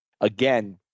Again